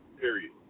period